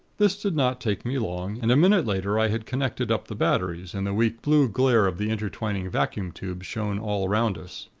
this did not take me long, and a minute later i had connected up the batteries, and the weak blue glare of the intertwining vacuum tubes shone all around us.